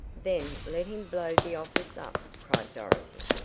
then let him blow the office up! cried dorothy,